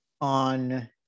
on